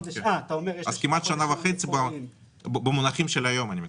כמעט שנה וחצי במונחים של היום.